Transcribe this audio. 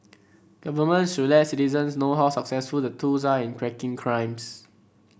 governments should let citizens know how successful the tools are in cracking crimes